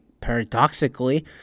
paradoxically